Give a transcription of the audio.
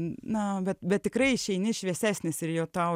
na bet bet tikrai išeini šviesesnis ir jau tau